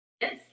Yes